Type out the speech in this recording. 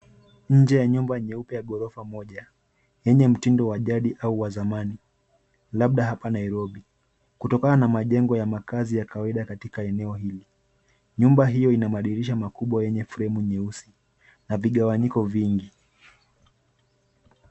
Nje ya nyumba nyeupe ya gorofa moja yenye mtindo wa jadi au wa zamani, labda hapa Nairobi, kutokana na majengo ya makazi ya kawaida katika eneo hili. Nyumba hio ina madirisha makubwa yenye fremu nyeusi na vigawanyiko vingi.